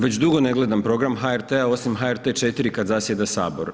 Već dugo ne gledam program HRT-a osim HRT kad zasjeda sabor.